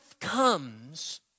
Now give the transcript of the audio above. comes